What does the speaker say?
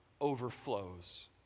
overflows